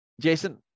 Jason